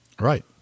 Right